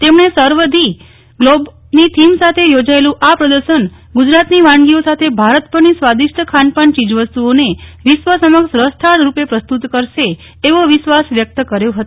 તેમણે serve the globe ની થીમ સાથે યોજાયેલું આ પ્રદર્શન ગુજરાત ની વાનગીઓ સાથે ભારતભરની સ્વાદિષ્ટ ખાનપાન ચીજ વસ્તુઓ ને વિશ્વ સમક્ષ રસથાળ રૂપે પ્રસ્તુત કરશે એવો વિશ્વાસ વ્યકત કર્યો હતો